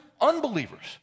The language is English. unbelievers